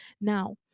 Now